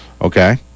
Okay